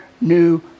new